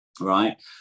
right